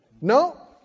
No